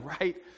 right